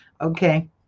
okay